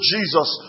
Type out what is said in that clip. Jesus